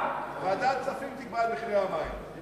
ועדת הכספים תקבע את מחירי המים.